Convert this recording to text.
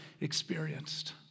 experienced